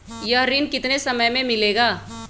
यह ऋण कितने समय मे मिलेगा?